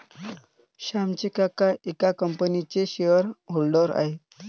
श्यामचे काका एका कंपनीचे शेअर होल्डर आहेत